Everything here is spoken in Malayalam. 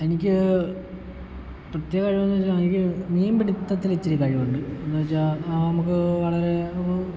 എനിക്ക് പ്രത്യേക കഴിവൊന്നുമില്ല എനിക്ക് മീൻ പിടുത്തത്തിൽ ഇച്ചിരി കഴിവുണ്ട് എന്നുവെച്ചാൽ നമുക്ക് വളരെ